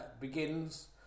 begins